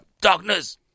Darkness